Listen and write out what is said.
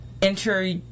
Enter